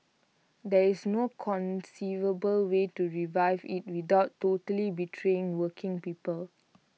there is no conceivable way to revive IT without totally betraying working people